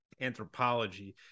anthropology